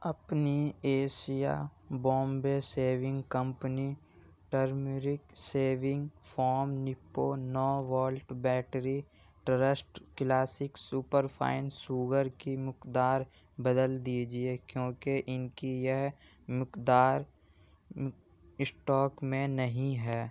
اپنے Asia Bombay shaving company turmeric shaving foam نیپو نو وولٹ کی بیٹری اور trust classic super fine sugar کی مقدار بدل دیجیے کیوں کہ ان کی یہ مقدار اسٹاک میں نہیں ہے